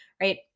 right